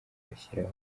bashyiraho